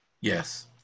Yes